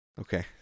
Okay